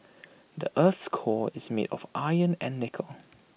the Earth's core is made of iron and nickel